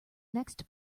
next